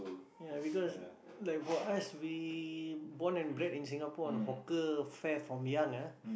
ya because like for us we born and bred in Singapore on hawker fare from young ah